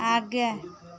आगे